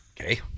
Okay